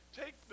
take